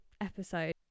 episode